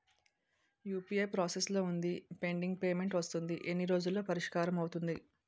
UPI process లో వుందిపెండింగ్ payment వస్తుంది ఎన్ని రోజుల్లో పరిష్కారం అవుతుంది